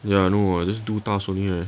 ya know I just do task only right